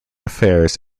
affairs